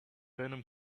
venom